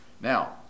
Now